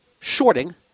shorting